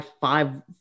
five